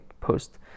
post